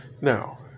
Now